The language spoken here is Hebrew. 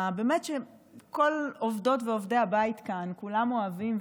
באמת שכל עובדות ועובדי הבית כאן כולם אוהבים,